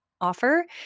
Offer